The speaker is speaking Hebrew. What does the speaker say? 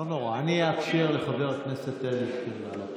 אני אאפשר לחבר הכנסת אדלשטיין לעלות.